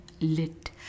Lit